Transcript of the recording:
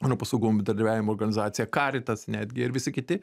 europos saugumo bendradarbiavimo organizacija karitas netgi ir visi kiti